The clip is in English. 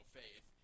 faith